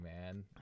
man